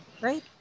right